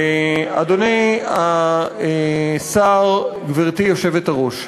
אדוני השר, גברתי היושבת-ראש,